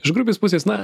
iš grupės pusės na